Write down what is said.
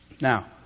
Now